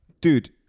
dude